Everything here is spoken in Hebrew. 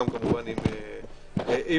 כמובן עם מגע.